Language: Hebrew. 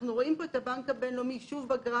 אנחנו רואים את הבנק הבינלאומי ב-2003